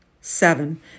Seven